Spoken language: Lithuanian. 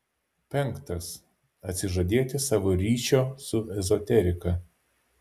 penktas atsižadėti savo ryšio su ezoterika